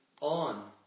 on